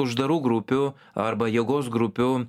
uždarų grupių arba jėgos grupių